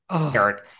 Scared